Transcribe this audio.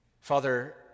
Father